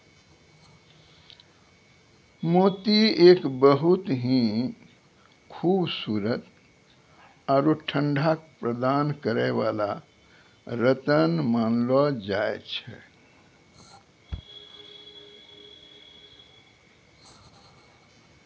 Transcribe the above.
मोती एक बहुत हीं खूबसूरत आरो ठंडक प्रदान करै वाला रत्न मानलो जाय छै